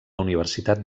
universitat